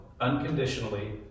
unconditionally